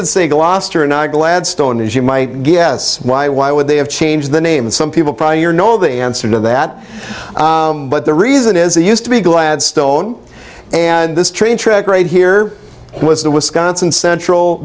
it say gloucester not gladstone as you might guess why why would they have changed the name some people probably your know the answer to that but the reason is they used to be gladstone and this train track right here was the wisconsin central